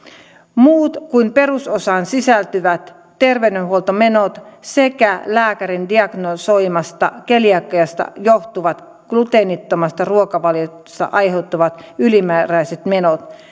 muut kuin perusosaan sisältyvät terveydenhuoltomenot sekä lääkärin diagnosoimasta keliakiasta johtuvat gluteenittomasta ruokavaliosta aiheutuvat ylimääräiset menot